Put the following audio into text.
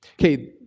Okay